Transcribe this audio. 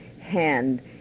hand